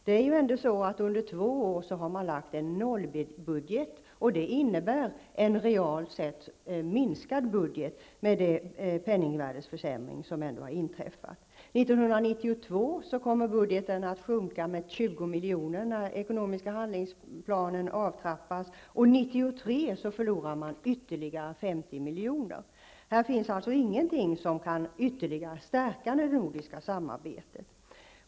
Det är ju ändå så att man under två år har lagt fram en nollbudget, och det innebär, med den penningvärdesförsämring som ändå har inträffat, en realt sett minskad budget. När den ekonomiska handlingsplanen avtrappas år 1992 kommer budgeten att minska med 20 miljoner, och 1993 förlorar man ytterligare 50 miljoner. Här finns alltså ingenting som kan ytterligare stärka det nordiska samarbetet.